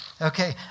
Okay